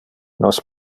nos